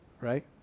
right